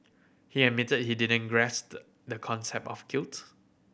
he admitted he didn't grasp the concept of guilt